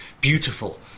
Beautiful